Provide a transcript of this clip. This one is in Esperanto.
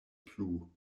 plu